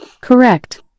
Correct